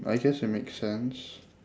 I guess it makes sense